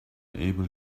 able